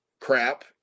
crap